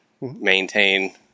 maintain